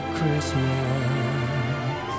Christmas